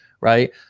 right